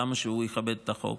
למה שהוא יכבד את החוק?